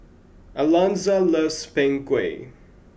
Alonza loves Png Kueh